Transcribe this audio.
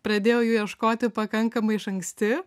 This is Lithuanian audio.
pradėjau jų ieškoti pakankamai iš anksti